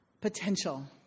potential